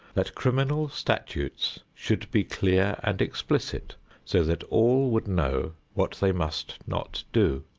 that criminal statutes should be clear and explicit so that all would know what they must not do.